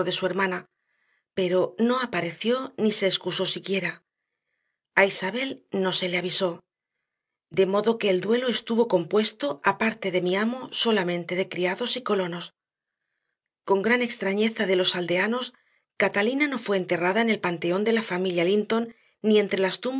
su hermana pero no apareció ni se excusó siquiera a isabel no se le avisó de modo que el duelo estuvo compuesto aparte de mi amo solamente de criados y colonos con gran extrañeza de los aldeanos catalina no fue enterrada en el panteón de la familia linton ni entre las